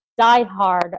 diehard